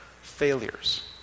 failures